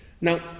Now